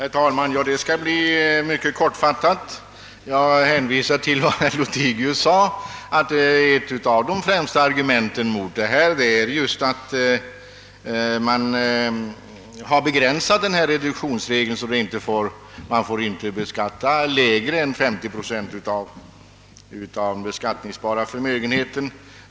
Herr talman! Mitt anförande skall bli mycket kortfattat. Jag hänvisar till vad herr Lothigius sade, att ett av de främsta argumenten mot motionärernas förslag är just att man har begränsat reduktionsregeln så att man inte får beskatta lägre än 50 procent av den beskattningsbara förmögenheten.